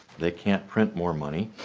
they can print more money